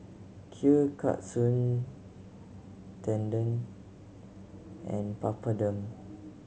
Kheer Katsu Tendon and Papadum